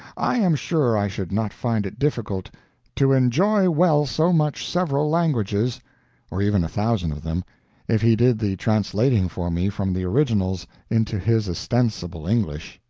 i am sure i should not find it difficult to enjoy well so much several languages or even a thousand of them if he did the translating for me from the originals into his ostensible english.